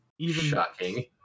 shocking